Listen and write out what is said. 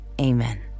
Amen